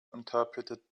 interpreted